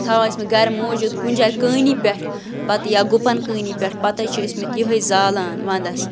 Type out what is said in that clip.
تھاوان ٲسۍمٕتۍ گَرِ موٗجوٗد کُنہِ جایہِ کٲنی پٮ۪ٹھ پَتہٕ یا گُپَن کٲنی پٮ۪ٹھ پَتہٕ حظ چھِ ٲسۍمٕتۍ یِہوٚے زالان وَنٛدَس